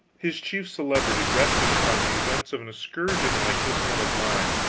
his chief celebrity rested upon the events of an excursion like this one of mine,